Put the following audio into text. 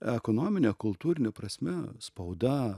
ekonomine kultūrine prasme spauda